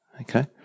Okay